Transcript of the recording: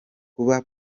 kuba